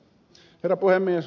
herra puhemies